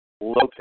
Lopez